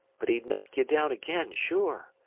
but he'd knock ye down again sure.